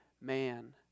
man